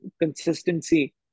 consistency